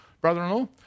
Brother-in-law